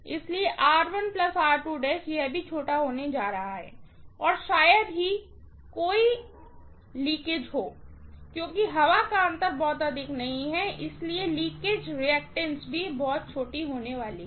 इसलिए यह भी छोटा होने जा रहा है और शायद ही कोई रिसाव हो क्योंकि हवा का अंतर बहुत अधिक नहीं है इसलिए लीकेज रिअक्टैंस भी बहुत छोटी होने वाली है